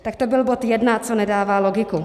Tak to byl bod jedna, co nedává logiku.